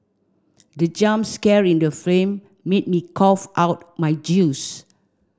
the jump scare in the film made me cough out my juice